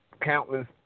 countless